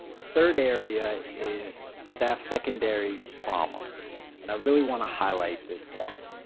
a third area is staff secondary trauma and i really want to highlight this one.